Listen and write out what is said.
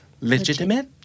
legitimate